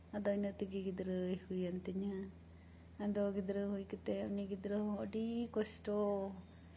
ᱟᱫᱚ ᱤᱱᱟᱹ ᱛᱮᱜᱮ ᱜᱤᱫᱽᱨᱟᱹᱭ ᱦᱩᱭᱮᱱ ᱛᱤᱧᱟᱹ ᱟᱫᱚ ᱜᱤᱫᱽᱨᱟᱹ ᱦᱩᱭ ᱠᱟᱛᱮ ᱩᱱᱤ ᱜᱤᱫᱽᱨᱟᱹ ᱦᱚᱸ ᱟᱹᱰᱤ ᱠᱚᱥᱴᱚ